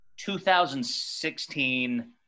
2016